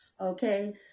okay